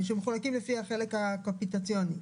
שמחולקים לפי החלק הקפיטציוני,